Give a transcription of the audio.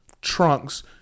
Trunks